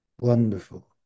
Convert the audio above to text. Wonderful